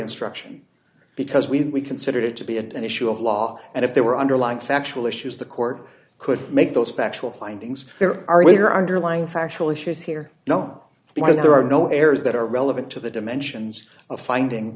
instruction because when we considered it to be an issue of law and if there were underlying factual issues the court could make those factual findings there are your underlying factual issues here no because there are no areas that are relevant to the dimensions of finding